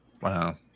Wow